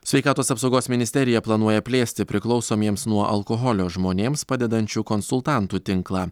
sveikatos apsaugos ministerija planuoja plėsti priklausomiems nuo alkoholio žmonėms padedančių konsultantų tinklą